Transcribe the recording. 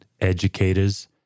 educators